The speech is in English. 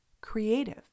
creative